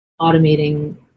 automating